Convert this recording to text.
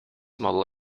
model